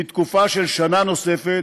לתקופה של שנה נוספת,